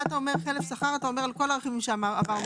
אתה אומר חלף שכר על כל הרכיבים שעברנו.